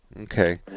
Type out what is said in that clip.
Okay